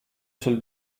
sul